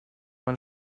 man